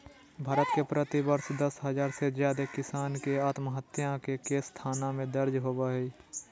भारत में प्रति वर्ष दस हजार से जादे किसान के आत्महत्या के केस थाना में दर्ज होबो हई